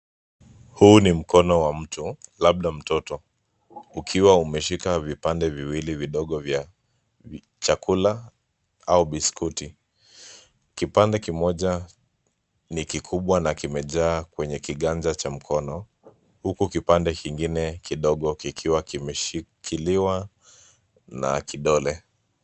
Huu ni mkono wa mtu labda mtoto, ukiwa umeshika vipande viwili vidogo vya chakula au biscuit , kipande kimoja ni kikubwa na kimejaa kwenye kiganja cha mkono, huku kipande kingine kidogo kikiwa kimeshikiliwa na kidole.